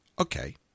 Okay